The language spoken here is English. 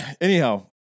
Anyhow